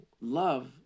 love